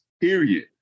Period